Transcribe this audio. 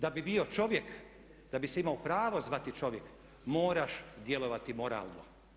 Da bi bio čovjek, da bi se imao pravo zvati čovjek moraš djelovati moralno.